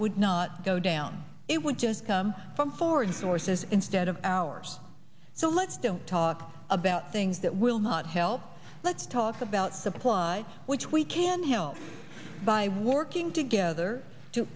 would not go down it would just come from foreign sources instead of ours so let's don't talk about things that will not help let's talk about supplies which we can help by working together to